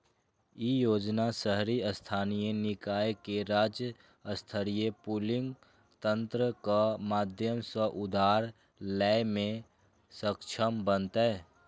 ई योजना शहरी स्थानीय निकाय कें राज्य स्तरीय पूलिंग तंत्रक माध्यम सं उधार लै मे सक्षम बनेतै